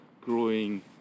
growing